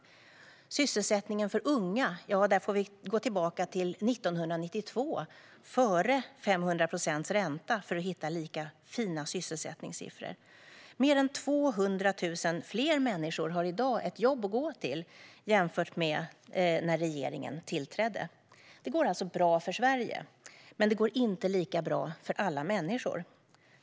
När det gäller sysselsättningen för unga får vi gå tillbaka till 1992, innan vi hade 500 procents ränta, för att hitta lika fina sysselsättningssiffror. Mer än 200 000 fler människor har i dag ett jobb att gå till jämfört med när regeringen tillträdde. Det går alltså bra för Sverige. Men det går inte lika bra för alla människor.